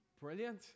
Brilliant